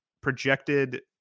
projected